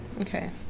Okay